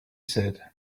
said